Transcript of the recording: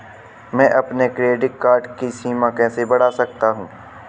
मैं अपने credit card की सीमा कैसे बढ़ा सकता हूँ?